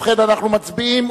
ובכן, אנחנו מצביעים.